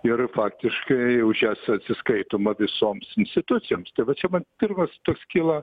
ir faktiškai už jas atsiskaitoma visoms institucijoms tai va čia man pirmas toks kyla